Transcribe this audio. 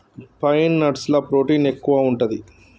pine nuts ల protein ఎక్కువు ఉంటది